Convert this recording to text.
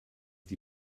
die